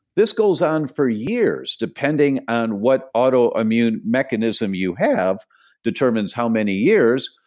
this goes on for years depending on what autoimmune mechanism you have determines how many years,